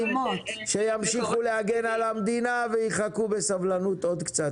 שימשיכו להגן על המדינה ויחכו בסבלנות עוד קצת.